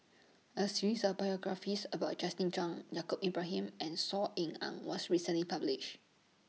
A series of biographies about Justin Zhuang Yaacob Ibrahim and Saw Ean Ang was recently published